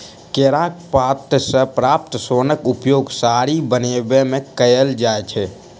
केराक पात सॅ प्राप्त सोनक उपयोग साड़ी बनयबा मे कयल जाइत अछि